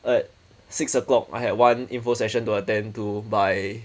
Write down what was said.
at six o'clock I had one info session to attend to by